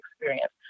experience